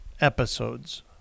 episodes